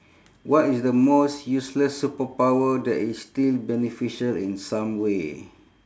what is the most useless superpower that is still beneficial in some way